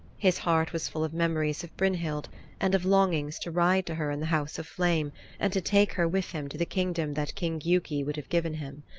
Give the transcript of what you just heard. his heart was full of memories of brynhild and of longings to ride to her in the house of flame and to take her with him to the kingdom that king giuki would have given him.